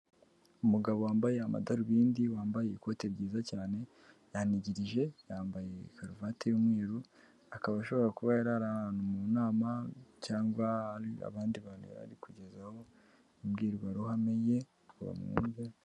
Umugabo wambaye amadarubindi, wambaye ikote ryiza cyane yangirije yambaye karuvati y'umweru, akaba ashobora kuba yara ari ahantu mu nama, cyangwa hari abandi bantu yari ari kugezaho imbwirwaruhame ye bamwumve.